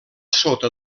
sota